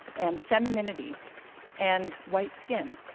and femininity and white skin.